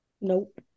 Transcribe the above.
nope